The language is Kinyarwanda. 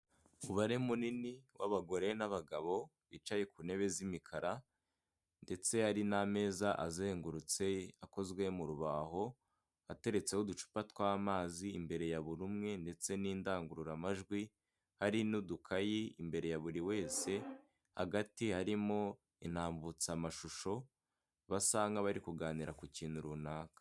Umubare munini w'abagore n'abagabo bicaye ku ntebe z'imikara ndetse hari n'ameza azengurutse akozwe mu rubaho, ateretseho uducupa tw'amazi imbere ya buri wese ndetse n'indangururamajwi, hari n'udukayi imbere ya buri wese hagati harimo intambutsamashusho basa nk'abari kuganira ku kintu runaka.